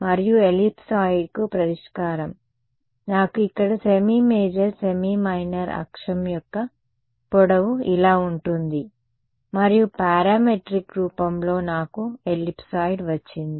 మరియు ఎలిప్సాయిడ్కు పరిష్కారం నాకు ఇక్కడ సెమీ మేజర్ సెమీ మైనర్ అక్షం యొక్క పొడవు ఇలా ఉంటుంది మరియు పారామెట్రిక్ రూపంలో నాకు ఎలిప్సాయిడ్ వచ్చింది